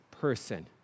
person